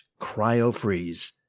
CryoFreeze